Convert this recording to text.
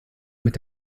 mit